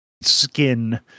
skin